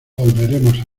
volveremos